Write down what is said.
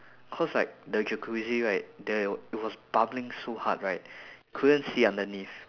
cause like the jacuzzi right there it was bubbling so hard right couldn't see underneath